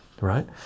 right